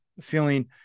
feeling